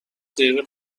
دقیقه